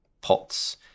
pots